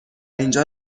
اینجا